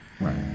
Right